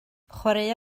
chwaraea